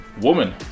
woman